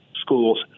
schools